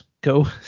go